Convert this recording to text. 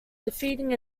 defeating